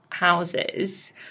houses